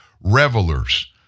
revelers